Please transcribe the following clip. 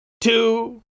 two